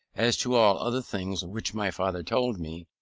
as to all other things which my father told me,